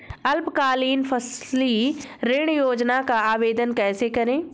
अल्पकालीन फसली ऋण योजना का आवेदन कैसे करें?